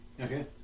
Okay